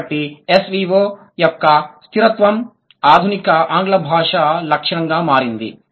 కాబట్టి SVO యొక్క స్థిరత్వం ఆధునిక ఆంగ్ల భాష లక్షణంగా మారింది